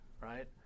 right